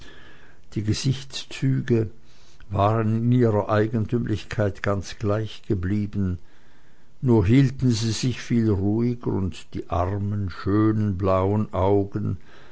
die gesichtszüge waren in ihrer eigentümlichkeit ganz gleichgeblieben nur hielten sie sich viel ruhiger und die armen schönen blauen augen